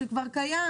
הוא כבר קיים,